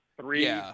Three